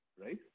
right